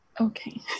Okay